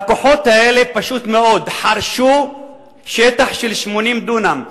הכוחות האלה, פשוט מאוד, חרשו שטח של 80 דונם.